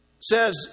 says